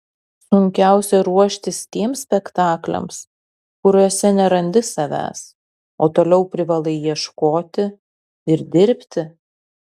sunkiausia ruoštis tiems spektakliams kuriuose nerandi savęs o toliau privalai ieškoti ir dirbti